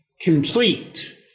complete